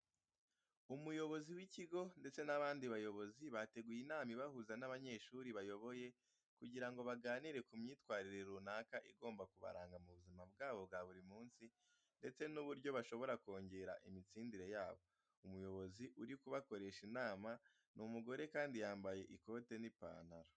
Umuyobozi w'ikigo ndetse n'abandi bayobozi bateguye inama ibahuza n'abanyeshuri bayoboye kugira ngo baganire ku myitwarire runaka igomba kubaranga mu buzima bwabo bwa buri munsi ndetse n'uburyo bashobora kongera imitsindire yabo. Umuyobozi uri kubakoresha inama ni umugore kandi yambaye ikote n'ipantaro.